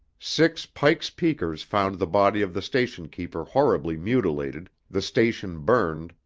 six pike's peakers found the body of the station keeper horribly mutilated, the station burned,